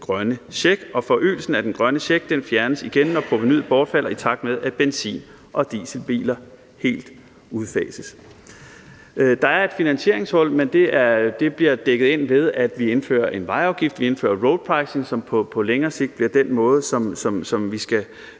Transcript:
grønne check, og forøgelsen af den grønne check fjernes igen, når provenuet bortfalder, i takt med at benzin- og dieselbiler helt udfases. Der er et finansieringshul, men det bliver dækket ind, ved at vi indfører en vejafgift: Vi indfører road pricing, som på længere sigt bliver den måde, som vi skal